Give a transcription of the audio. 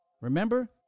Remember